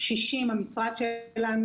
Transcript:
60 המשרד שלנו,